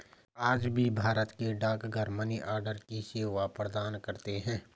आज भी भारत के डाकघर मनीआर्डर की सेवा प्रदान करते है